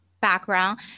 background